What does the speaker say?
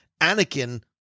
Anakin